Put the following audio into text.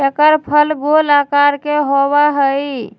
एकर फल गोल आकार के होबा हई